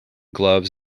gloves